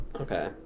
Okay